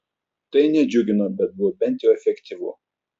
tai nedžiugino bet buvo bent jau efektyvu